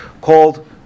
called